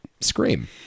Scream